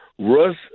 Russ